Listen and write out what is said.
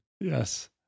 yes